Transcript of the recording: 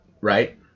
Right